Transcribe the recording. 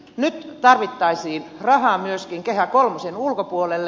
nyt tarvittaisiin rahaa myöskin kehä kolmosen ulkopuolelle